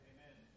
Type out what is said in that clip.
Amen